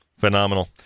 Phenomenal